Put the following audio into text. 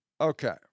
Okay